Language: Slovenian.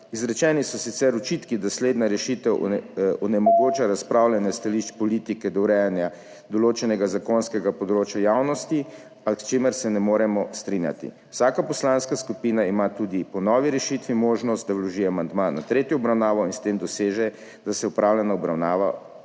Izrečeni so sicer očitki, da slednja rešitev onemogoča razpravljanje stališč politike do urejanja določenega zakonskega področja javnosti, s čimer se ne moremo strinjati. Vsaka poslanska skupina ima tudi po novi rešitvi možnost, da vloži amandma na tretjo obravnavo in s tem doseže, da se obravnava opravlja